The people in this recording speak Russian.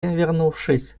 вернувшись